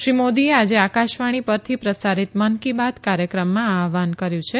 શ્રી મોદીએ આજે આકાશવાણી પરથી પ્રસારિત મન કી બાત કાર્યક્રમમાં આ આહ્વાહન કર્યું છે